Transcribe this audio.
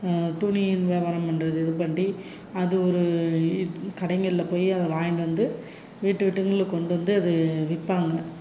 துணி வியாபாரம் பண்ணுறது இது பண்ணி அது ஒரு கடைகளில் போய் அதை வாங்கிட்டு வந்து வீட்டு வீட்டுகளுக்கு கொண்டு வந்து அது விற்பாங்க